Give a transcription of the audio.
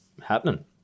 happening